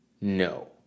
No